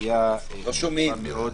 שהצעת החוק הזו באה לעשות שני דברים: ראשית,